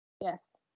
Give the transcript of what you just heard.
Yes